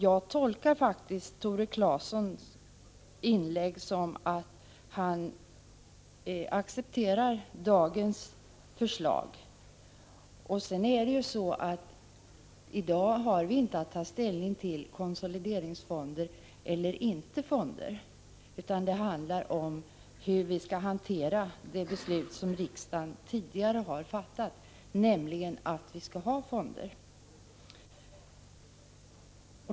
Jag tolkar faktiskt Tore Claesons inlägg som att han accepterar dagens förslag. Sedan är det så att vi i dag inte har att ta ställning till konsolideringsfonder eller inte fonder, utan det handlar om hur vi skall hantera det beslut som riksdagen tidigare har fattat, nämligen att vi skall ha fonder.